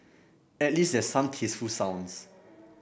at least there's some tasteful sounds